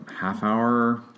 half-hour